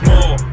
More